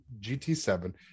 GT7